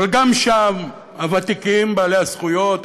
אבל גם שם הוותיקים בעלי הזכויות,